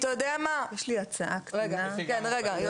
יש לי הצעה קטנה לנוסח.